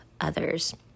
others